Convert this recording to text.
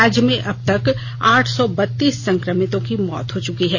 राज्य में अब तक आठ सौ बत्तीस संक्रमितों की मौत हो चुकी है